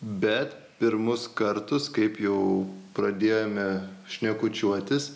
bet pirmus kartus kaip jau pradėjome šnekučiuotis